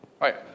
right